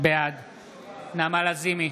בעד נעמה לזימי,